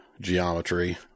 geometry